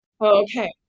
Okay